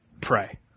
pray